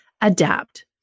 adapt